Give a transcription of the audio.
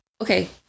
Okay